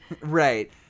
Right